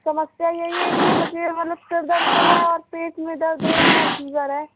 समस्या यही है कि मुझे सर दर्द कर रहा है पेट में दर्द हो रहा है और फीवर है